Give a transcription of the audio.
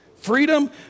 freedom